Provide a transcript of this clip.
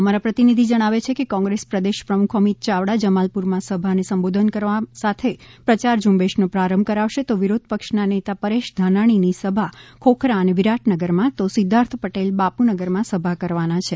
અમારા પ્રતિનિધિ જણાવે છે કે કોંગ્રેસ પ્રદેશ પ્રમુખ અમિત યાવડા જમાલપૂર માં સભા ને સંબોધન કરવા સાથે પ્રચાર ઝુંબેશ નો પ્રારંભ કરાવશે તો વિરોધ પક્ષ ના નેતા પરેશ ધાનાણી ની સભા ખોખરા અને વિરાટનગર માં તો સિધ્ધાર્થ પટેલ બાપુનગર માં સભા કરવાના છે